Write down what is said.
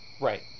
right